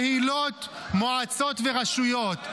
קהילות, מועצות ורשויות.